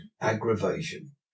aggravation